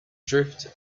drift